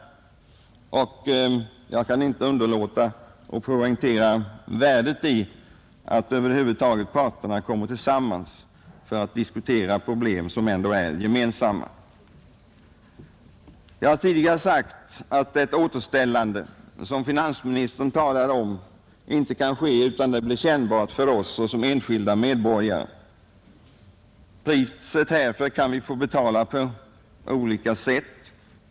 Jag kan inte underlåta att poängtera värdet i att parterna över huvud taget kommer tillsammans för att diskutera problem som ändå är gemensamma. Jag har tidigare sagt att det återställande som finansministern talar om inte kan ske utan att det blir kännbart för oss såsom enskilda medborgare. Priset härför kan vi få betala på olika sätt.